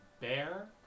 bear